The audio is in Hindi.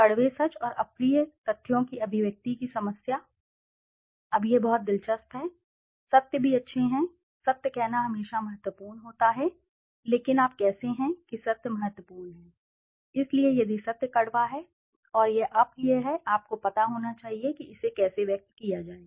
कड़वे सच और अप्रिय तथ्यों की अभिव्यक्ति की समस्या अब यह बहुत दिलचस्प है सत्य भी अच्छे हैं सत्य कहना हमेशा महत्वपूर्ण होता है लेकिन आप कैसे कहते हैं कि सत्य महत्वपूर्ण है इसलिए यदि सत्य कड़वा है और यह अप्रिय है आपको पता होना चाहिए कि इसे कैसे व्यक्त किया जाए